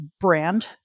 brand